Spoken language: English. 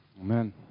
Amen